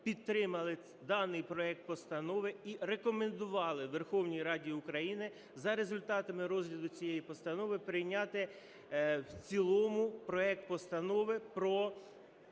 підтримали даний проект постанови і рекомендували Верховній Раді України за результатами розгляду цієї постанови прийняти в цілому проект Постанови про